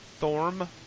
Thorm